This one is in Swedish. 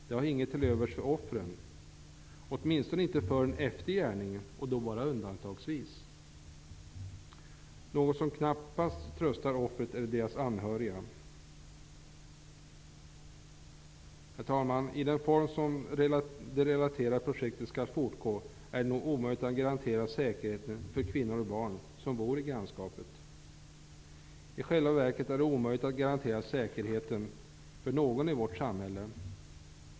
De har inget till övers för offren -- åtminstone inte förrän efter gärningen, och då bara undantagsvis, något som knappast tröstar offren eller deras anhöriga. Herr talman! I den form som det relaterade projektet skall fortgå är det nog omöjligt att garantera säkerheten för kvinnor och barn som bor i grannskapet. I själva verket är det omöjligt att garantera säkerheten för någon i vårt samhälle.